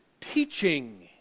teaching